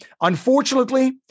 Unfortunately